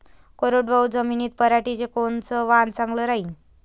कोरडवाहू जमीनीत पऱ्हाटीचं कोनतं वान चांगलं रायीन?